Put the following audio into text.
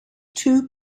two